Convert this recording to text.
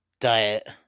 diet